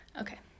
Okay